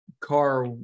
car